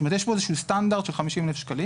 זאת אומרת שיש פה איזשהו סטנדרט של 50,000 שקלים,